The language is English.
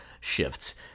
shifts